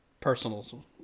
personal